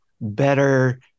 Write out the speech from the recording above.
better